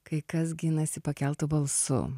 kai kas ginasi pakeltu balsu